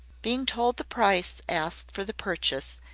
being told the price asked for the purchase,